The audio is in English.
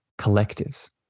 collectives